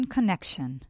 Connection